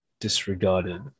disregarded